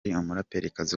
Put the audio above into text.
umuraperikazi